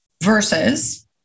Versus